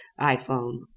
iPhone